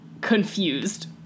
confused